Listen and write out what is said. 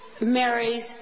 Mary's